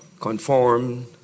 conformed